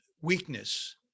weakness